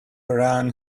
ran